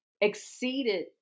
exceeded